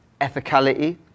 ethicality